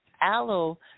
aloe